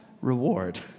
reward